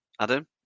Adam